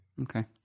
Okay